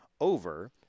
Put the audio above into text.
over